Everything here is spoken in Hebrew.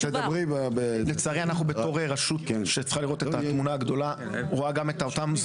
לצערי בתור רשות שרואה גם את התמונה הגדולה,